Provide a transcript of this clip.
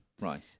Right